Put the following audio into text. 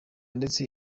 ndetse